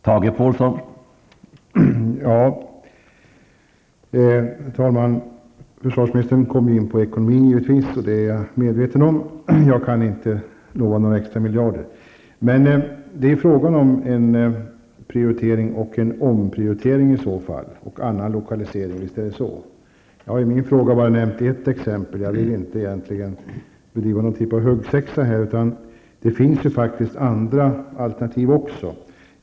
Herr talman! Försvarsministern kom givetvis in på ekonomin, och det är jag införstådd med. Jag kan inte lova några extra miljarder. Men det är i så fall fråga om en prioritering och en omprioritering och en annan lokalisering. Jag har i min fråga bara nämnt ett exempel. Jag vill egentligen inte bedriva något av en huggsexa, utan det finns faktiskt andra alternativ också.